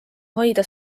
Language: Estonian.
hoida